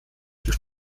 durch